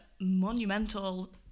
monumental